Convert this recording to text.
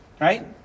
Right